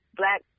black